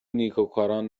نیکوکاران